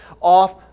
off